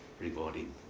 rewarding